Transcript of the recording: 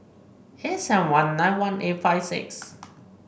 eight seven one nine one eight five six